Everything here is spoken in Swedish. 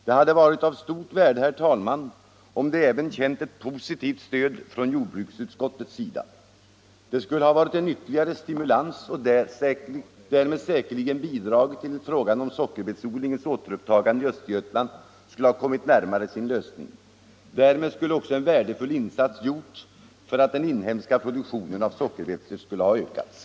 Det hade varit av stort värde, herr talman, om de även känt ett positivt stöd från jordbruksutskottets sida. Det skulle ha varit en ytterligare stimulans och därmed säkerligen bidragit till att frågan om sockerbetsodlingens återupptagande i Östergötland skulle ha kommit närmare sin lös ning. Därmed skulle också en värdefull insats ha gjorts för att öka den inhemska produktionen av sockerbetor.